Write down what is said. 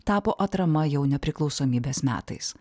tapo atrama jau nepriklausomybės metais